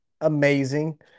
amazing